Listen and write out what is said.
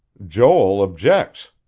joel objects,